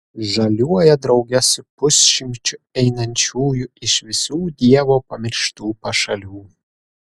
žaliuoja drauge su pusšimčiu einančiųjų iš visų dievo pamirštų pašalių